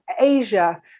Asia